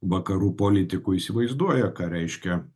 vakarų politikų įsivaizduoja ką reiškia